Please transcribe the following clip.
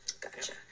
Gotcha